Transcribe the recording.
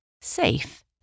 safe